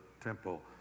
temple